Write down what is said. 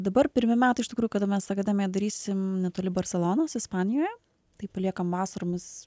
dabar pirmi metai iš tikrųjų kada mes akademiją darysim netoli barselonos ispanijoje tai paliekam vasaromis